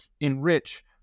enrich